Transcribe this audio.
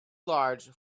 large